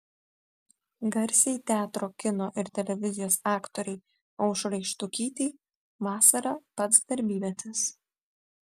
garsiai teatro kino ir televizijos aktorei aušrai štukytei vasara pats darbymetis